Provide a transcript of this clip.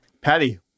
Patty